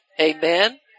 Amen